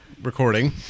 recording